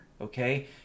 okay